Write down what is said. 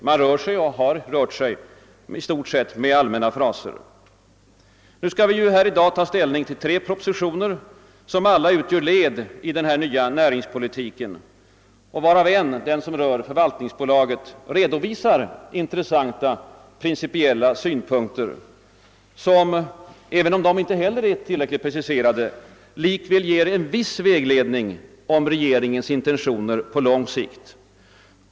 Man rör sig och har rört sig i stort sett med allmänna fraser. Vi skall ju i dag ta ställning till tre propositioner, som alla utgör led i den allmänna näringspolitiken, varav en — den som berör förvaltningsbolaget — redovisar intressanta principiella synpunkter som även om inte heller de är tillräckligt preciserade likväl ger en viss vägledning om regeringens intentioner på lång sikt.